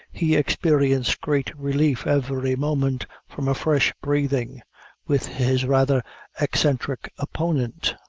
he experienced great relief every moment from a fresh breathing with his rather eccentric opponent.